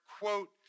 quote